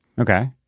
Okay